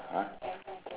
uh